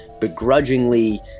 begrudgingly